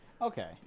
okay